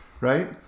Right